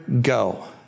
go